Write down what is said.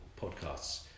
podcasts